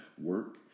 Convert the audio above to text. work